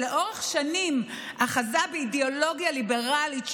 שלאורך שנים אחזה באידיאולוגיה ליברלית שוויונית,